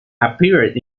appeared